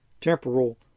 temporal